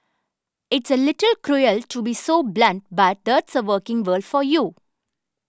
it's a little cruel to be so blunt but that's the working world for you